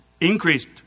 Increased